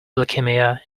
leukaemia